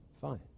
fine